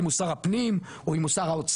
אם הוא שר הפנים או אם הוא שר האוצר,